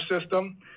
system